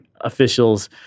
officials